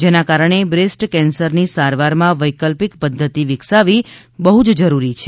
જેના કારણે બ્રેસ્ટ કેન્સરની સારવારમાં વૈકલ્પિક પદ્ધતિ વિકસાવી બહ્ જ જરૂરી છે